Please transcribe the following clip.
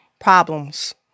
problems